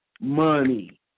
Money